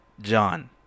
John